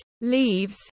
leaves